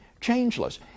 changeless